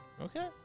Okay